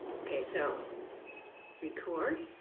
ok so record.